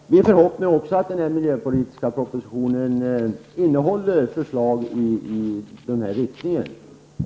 Fru talman! Naturligtvis hoppas också jag att den miljöpolitiska propositionen skall innehålla förslag i nämnda riktning.